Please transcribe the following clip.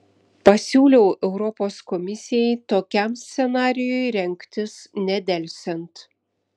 pasiūliau europos komisijai tokiam scenarijui rengtis nedelsiant